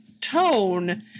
tone